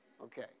Okay